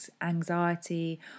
anxiety